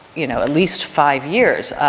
you know, at least five years.